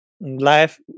life